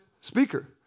speaker